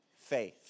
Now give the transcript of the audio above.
Faith